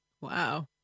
Wow